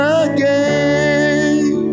again